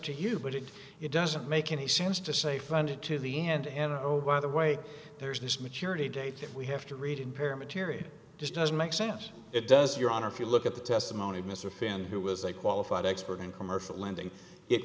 to you but it doesn't make any sense to say funded to the and and oh by the way there's this maturity date that we have to read in pair material just doesn't make sense it does your honor if you look at the testimony of mr finn who was a qualified expert in commercial lending it